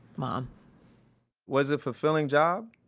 mom was it fulfilling job?